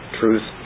truth